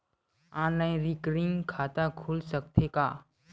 Online recurring खाता खुल सकथे का?